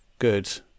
good